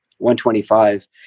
125